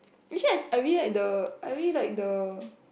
actually I I really like the I really like the